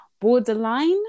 Borderline